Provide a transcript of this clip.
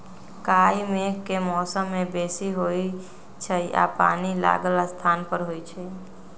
काई मेघ के मौसम में बेशी होइ छइ आऽ पानि लागल स्थान पर होइ छइ